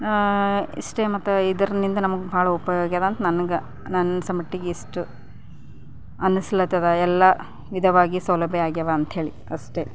ಇಷ್ಟೇ ಮತ್ತು ಇದರಿಂದ ನಮಗೆ ಬಹಳ ಉಪಯೋಗವಾಗ್ಯದ ಅಂತ ನನಗೆ ನನ್ನ ಅನ್ಸೋಮಟ್ಟಿಗೆ ಇಷ್ಟು ಅನ್ನಿಸ್ಲತ್ತದ ಎಲ್ಲ ವಿಧವಾಗಿ ಸೌಲಭ್ಯ ಆಗ್ಯವ ಅಂಥೇಳಿ ಅಷ್ಟೇ